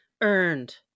earned